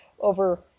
over